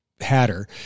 hatter